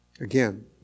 Again